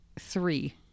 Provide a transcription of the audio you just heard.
Three